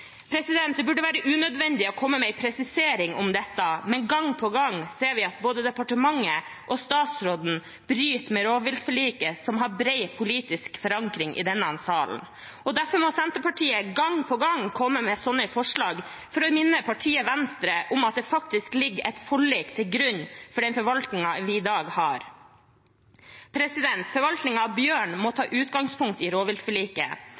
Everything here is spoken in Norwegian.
Det burde være unødvendig å komme med en presisering om dette, men gang på gang ser vi at både departementet og statsråden bryter med rovviltforliket, som har bred politisk forankring i denne salen. Derfor må Senterpartiet gang på gang komme med sånne forslag for å minne partiet Venstre om at det faktisk ligger et forlik til grunn for den forvaltningen vi i dag har. Forvaltningen av bjørn må ta utgangspunkt i rovviltforliket.